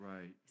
Right